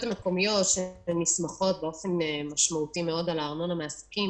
המקומיות שנסמכות באופן ניכר על ארנונה מעסקים.